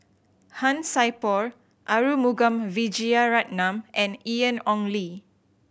Han Sai Por Arumugam Vijiaratnam and Ian Ong Li